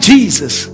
Jesus